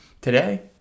Today